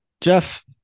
Jeff